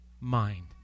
mind